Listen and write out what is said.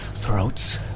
throats